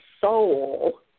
soul